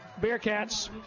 Bearcats